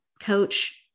coach